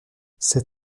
ses